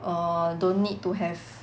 err don't need to have